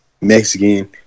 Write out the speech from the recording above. mexican